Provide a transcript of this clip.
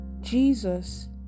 Jesus